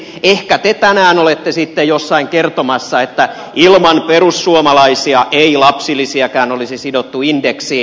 ehkä te tänään olette sitten jossain kertomassa että ilman perussuomalaisia ei lapsilisiäkään olisi sidottu indeksiin